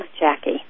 Jackie